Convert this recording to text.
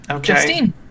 Justine